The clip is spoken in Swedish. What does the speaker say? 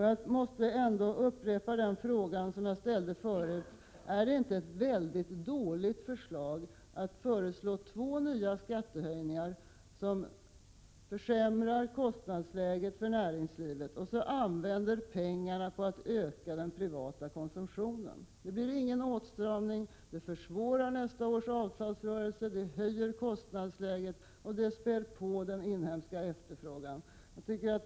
Jag måste upprepa den fråga som jag ställde förut: Är det inte ett mycket dåligt förslag att det skall genomföras två nya skattehöjningar som försämrar kostnadsläget för näringslivet och att man skall använda pengarna för att öka den privata konsumtionen? Det blir då ingen åtstramning. Åtgärden försvårar nästa års avtalsrörelse, höjer kostnadsläget och spär på den inhemska efterfrågan.